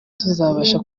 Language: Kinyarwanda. tuzabasha